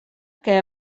que